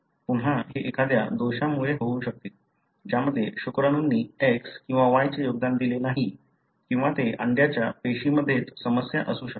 पुन्हा हे एखाद्या दोषामुळे होऊ शकते ज्यामध्ये शुक्राणूंनी X किंवा Y चे योगदान दिले नाही किंवा ते अंड्याच्या पेशीमध्येच समस्या असू शकते